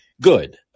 good